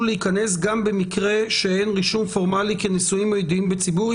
להיכנס גם במקרה שאין רישום פורמלי כנשואים או ידועים בציבור,